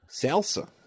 Salsa